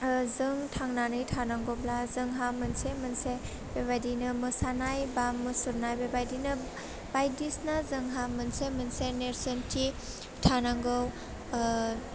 ओह जों थांनानै थानांगौब्ला जोंहा मोनसे मोनसे बेबायदिनो मोसानाय बा मुसुरनाय बेबायदिनो बायदिसिना जोंहा मोनसे मोनसे नेर्सोथि थानांगौ ओह